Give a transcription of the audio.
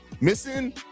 Missing